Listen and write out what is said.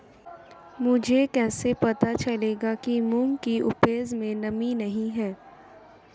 मुझे कैसे पता चलेगा कि मूंग की उपज में नमी नहीं है?